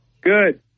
Good